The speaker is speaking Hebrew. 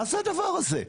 מה זה הדבר הזה?